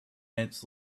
ants